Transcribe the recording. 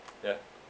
yeah